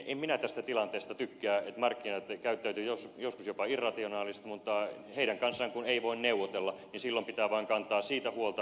en minä tästä tilanteesta tykkää että markkinat käyttäytyvät joskus jopa irrationaalisesti mutta heidän kanssaan kun ei voi neuvotella silloin pitää vaan kantaa siitä huolta mihin voi itse vaikuttaa